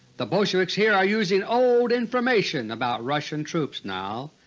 the bolsheviks here are using old information about russian troops now,